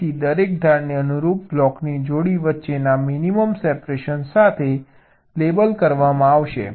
તેથી દરેક ધારને અનુરૂપ બ્લોકની જોડી વચ્ચેના મિનિમમ સેપરેશન સાથે લેબલ કરવામાં આવશે